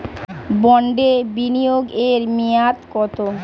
বন্ডে বিনিয়োগ এর মেয়াদ কত?